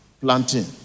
planting